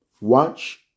Watch